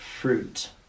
fruit